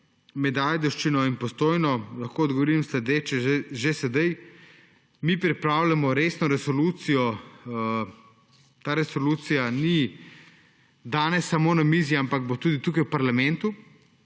med Ajdovščino in Postojno lahko odgovorim sledeče. Že sedaj pripravljamo resno resolucijo. Ta resolucija ni dana samo na mizi, ampak bo tudi tukaj v parlamentu,